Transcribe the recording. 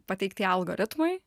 pateikti ją algoritmui